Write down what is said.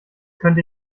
könnte